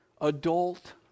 adult